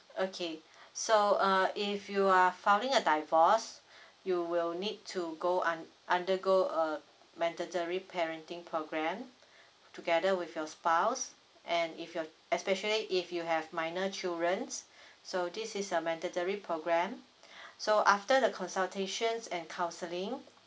okay so uh if you are filing a divorce you will need to go un~ undergo a mandatory parenting programme together with your spouse and if your especially if you have minor childrens so this is a mandatory programme so after the consultations and counselling